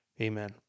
amen